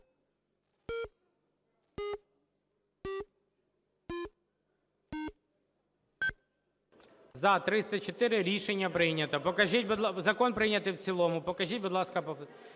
За-304 Рішення прийнято, закон прийнятий в цілому. Покажіть, будь ласка.